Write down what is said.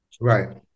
Right